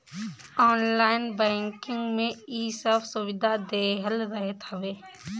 online banking में इ सब सुविधा देहल रहत हवे